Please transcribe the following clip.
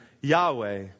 Yahweh